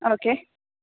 okay